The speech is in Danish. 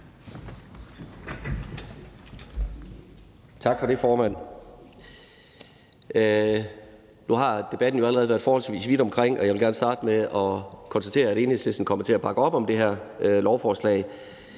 Tak for det, formand. Nu har vi jo i debatten allerede været forholdsvis vidt omkring, og jeg vil gerne starte med at konstatere, at Enhedslisten kommer til at bakke op om det her lovforslag.